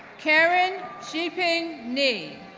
karen xinping ni,